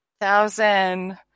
thousand